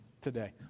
today